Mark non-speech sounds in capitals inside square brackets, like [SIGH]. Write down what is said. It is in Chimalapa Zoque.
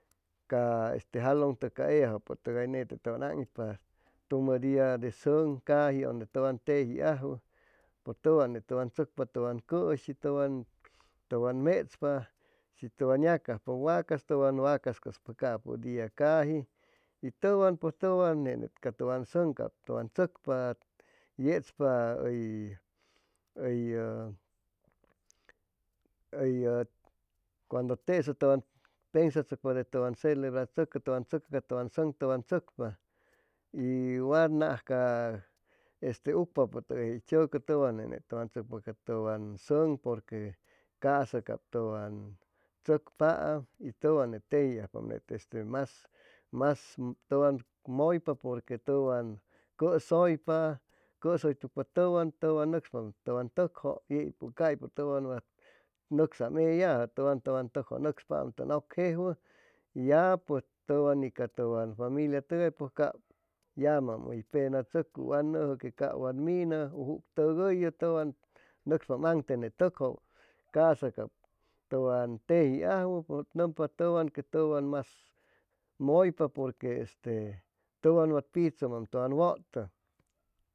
Ca este jalʉntʉg ca eyajʉpʉtʉgay nete tʉwan aŋitpa tumʉ dia de sʉŋ cap caji donde tʉwan tejiajwʉn pʉj tʉwan net tʉwan tzʉcpa tʉwan cʉshi tʉwan tʉwan mechpa shi tʉwan yacajpa wacas tʉwan wacas cʉspa capʉ dia caji y tʉwan pʉj tʉwan ne ca tʉwan sʉŋ cap tʉwan tzʉcpa yechpa hʉy hʉyʉ hʉyʉ cuando tesa tʉwan pensachʉcpa de tʉwan celebrachʉcpa [HESITATION] tʉwan sʉŋ tʉwan tzʉcpa y wat naj ca este ucpapʉtʉgay hʉy tzʉcʉ tʉwan net tʉwan tzʉcpa ca tʉwan sʉŋ porque ca'sa cap tʉwan tzʉcpaam y tʉwan ne tejiajpam mas mas tʉwan mʉypa porque tʉwan cʉsʉypa cʉsʉytucpa tʉwan tʉwan nʉcspaam tʉwan tʉkjʉ yeyʉ caypʉ tʉwan wa nʉcsam eyajʉ tʉwan tʉwan tʉkjʉ nʉcspam tʉn ʉcjejwʉ ya pʉ tʉwan ni ca tʉwan familiatʉgay pʉj cap yamam hʉy penatzʉcuy wa nʉjʉ que capp wat minʉ juc tʉgʉyʉ tʉwan nʉcspam aŋtene tʉkjʉ ca'sa cap tʉwan tejiajwʉ nʉmpa tʉwan que tʉwan mas mʉypa porque ese tʉwan wat michʉmaam tʉwan wʉtʉ